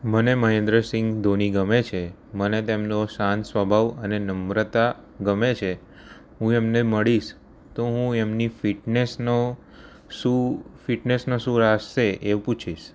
મને મહેન્દ્ર સિંગ ધોની ગમે છે મને તેમનો શાંત સ્વભાવ અને નમ્રતા ગમે છે હું એમને મળીશ તો હું એમની ફિટનેસનો શું ફિટનેશનો શું રાઝ છે એવું પૂછીશ